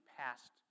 past